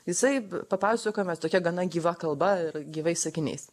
jisai papasakojamas tokia gana gyva kalba ir gyvais sakiniais